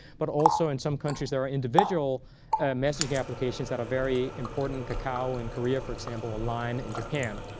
but also in some countries, there are individual messaging applications that are very important kakao in korea, for example, and line in japan.